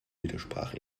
widersprach